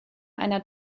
einer